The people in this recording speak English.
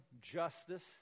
justice